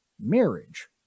marriage